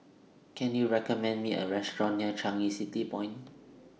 Can YOU recommend Me A Restaurant near Changi City Point